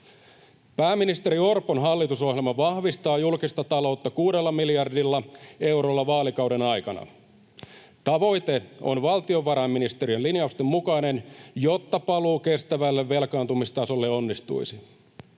Pääministeri Orpon hallitusohjelma vahvistaa julkista taloutta kuudella miljardilla eurolla vaalikauden aikana. Tavoite on valtiovarainministeriön linjausten mukainen, jotta paluu kestävälle velkaantumistasolle onnistuisi.